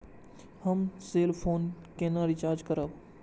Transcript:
हम cell phone केना recharge करब?